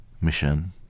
mission